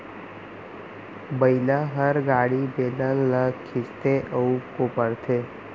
बइला हर गाड़ी, बेलन ल खींचथे अउ कोपरथे